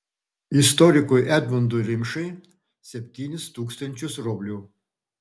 istorikui edmundui rimšai septynis tūkstančius rublių